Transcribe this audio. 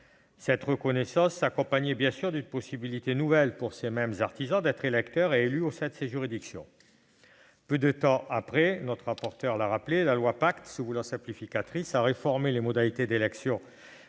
Cette reconnaissance s'accompagnait bien sûr d'une possibilité nouvelle pour les mêmes artisans d'être électeurs et élus au sein de ces juridictions. M. le rapporteur l'a rappelé : peu de temps après, la loi Pacte, se voulant simplificatrice, a réformé les modalités de